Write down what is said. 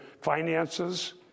finances